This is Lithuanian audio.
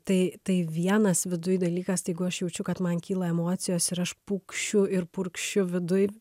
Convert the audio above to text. tai tai vienas viduj dalykas jeigu aš jaučiu kad man kyla emocijos ir aš pukšiu ir purkšiu viduj